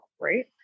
right